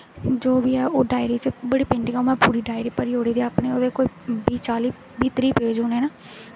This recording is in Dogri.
जो बी ऐ डायरी च बड़ी पेंटिंगां में डायरी च करी ओड़ी दियां कोई बीह् त्रीह् चाली पेज होने न